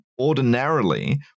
ordinarily